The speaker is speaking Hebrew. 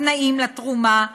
התנאים לתרומה,